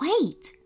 Wait